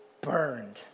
burned